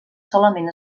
solament